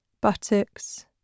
buttocks